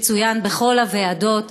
זה צוין בכל הוועדות.